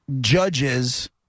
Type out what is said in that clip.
Judges